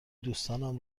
دوستانم